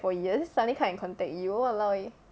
for years suddenly come and contact you !walao! eh